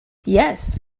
yes